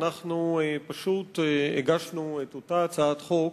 אנחנו פשוט הגשנו את אותה הצעת חוק